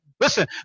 Listen